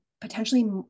potentially